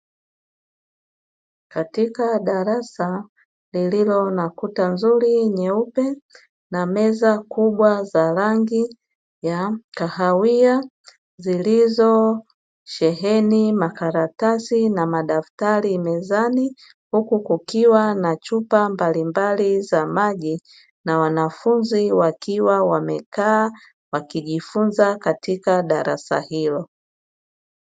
Katika darasa lililo na kuta nzuri nyeupe, na meza kubwa za rangi ya kahawia, zilizosheheni makaratasi na madaftari mezani. Huku kukiwa na chupa mbalimbali za maji na wanafunzi wakiwa wamekaa, wakijifunza katika darasa hilo.